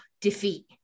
defeat